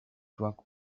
struck